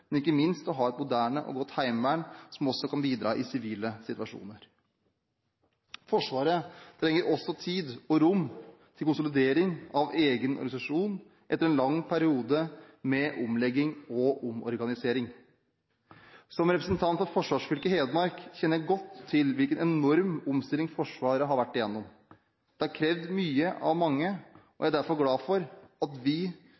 men ikke minst å ha et moderne og godt heimevern som også kan bidra i sivile situasjoner. Forsvaret trenger også tid og rom til konsolidering av egen organisasjon etter en lang periode med omlegging og omorganisering. Som representant for forsvarsfylket Hedmark kjenner jeg godt til hvilken enorm omstilling Forsvaret har vært igjennom. Det har krevd mye av mange, og jeg er derfor glad for at vi